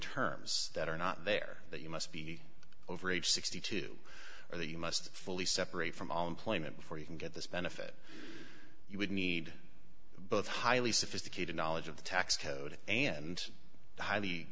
terms that are not there that you must be over age sixty two or that you must fully separate from all employment before you can get this benefit you would need both highly sophisticated knowledge of the tax code and the highly